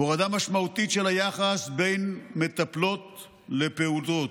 הורדה משמעותית של היחס בין מטפלות לפעוטות,